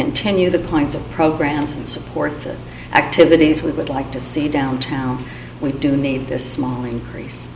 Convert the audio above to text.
continue the kinds of programs and support the activities we would like to see downtown we do need the small increase